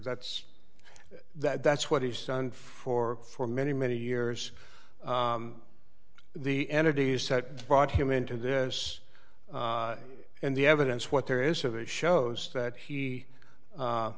that's that that's what he's done for for many many years the entities that brought him into this and the evidence what there is of it shows that he